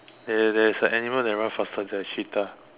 there there is an animal that run faster than a cheetah